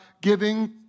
giving